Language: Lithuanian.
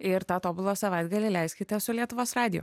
ir tą tobulą savaitgalį leiskite su lietuvos radiju